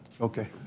Okay